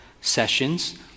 sessions